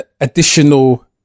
additional